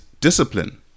discipline